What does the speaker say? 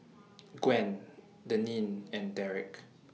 Gwen Deneen and Derick